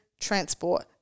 transport